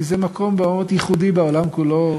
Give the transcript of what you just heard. כי זה מקום מאוד ייחודי בעולם כולו,